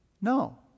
No